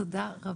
תודה רבה.